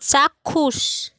চাক্ষুষ